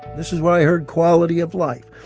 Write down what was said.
this is where i heard quality of life.